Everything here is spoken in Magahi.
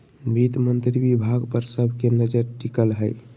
वित्त मंत्री विभाग पर सब के नजर टिकल हइ